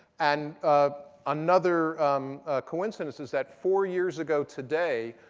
and another coincidence is that four years ago today,